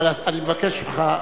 אבל אני מבקש ממך,